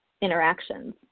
interactions